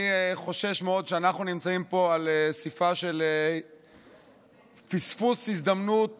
אני חושש מאוד שאנחנו נמצאים פה על סיפו של פספוס הזדמנות